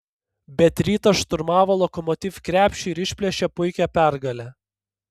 bet rytas šturmavo lokomotiv krepšį ir išplėšė puikią pergalę